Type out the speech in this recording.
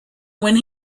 when